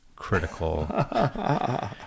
Critical